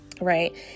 Right